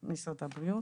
מ/1500,